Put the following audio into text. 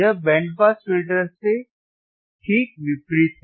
यह band pass filter के ठीक विपरीत है